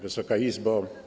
Wysoka Izbo!